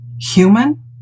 human